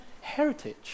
heritage